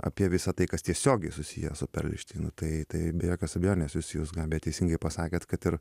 apie visa tai kas tiesiogiai susiję su perelšteinu tai tai be jokios abejonės jūs jūs gabija teisingai pasakėt kad ir